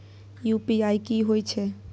UPI की होय छै?